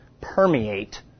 permeate